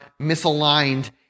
misaligned